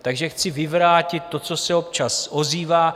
Takže chci vyvrátit to, co se občas ozývá.